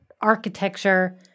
architecture